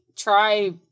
try